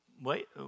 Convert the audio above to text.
Wait